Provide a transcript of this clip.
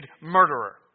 murderer